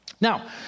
Now